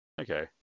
Okay